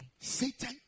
satan